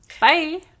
Bye